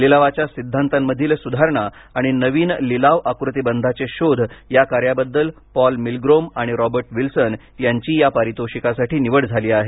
लिलावाच्या सिद्धांतामधील सुधारणा आणि नवीन लिलाव आकृतीबंधांचे शोध या कार्याबद्दल पॉल मिलग्रोम आणि रॉबर्ट विल्सन यांची या पारितोषिकासाठी निवड झाली आहे